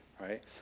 right